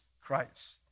Christ